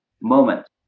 moment